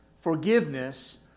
forgiveness